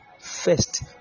first